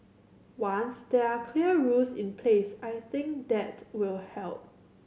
once there are clear rules in place I think that will help